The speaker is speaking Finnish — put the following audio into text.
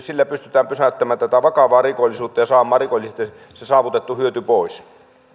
pystytään pysäyttämään tätä vakavaa rikollisuutta ja saamaan rikollisilta se saavutettu hyöty pois